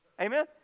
Amen